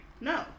No